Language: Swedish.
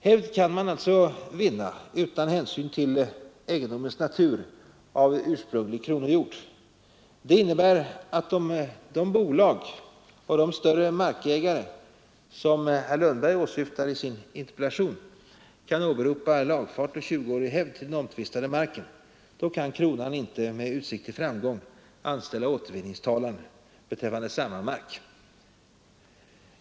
Hävd kan alltså vinnas utan hänsyn till egendomens natur av ursprunglig kronojord. Detta innebär att om de bolag och större markägare som avses i interpellationen kan åberopa lagfart och tjuguårig hävd till den omtvistade marken, kan kronan inte med utsikt till framgång anställa återvinningstalan rörande samma mark.